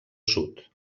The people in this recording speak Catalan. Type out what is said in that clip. sud